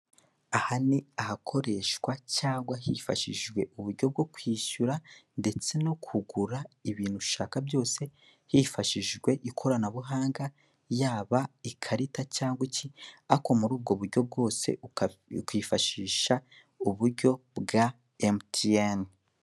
Aha ni ahakoreshwa cyangwa hifashishijwe uburyo bwo kwishyura ndetse no kugura ibintu ushaka byose hifashishijwe ikoranabuhanga, yaba ikarita cyangwa iki, ariko muri ubwo buryo bwose ukifashisha uburyo bwa MTN.